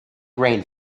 grain